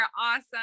awesome